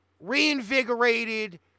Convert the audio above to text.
reinvigorated